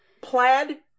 plaid